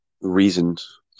reasons